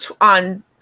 on